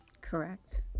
correct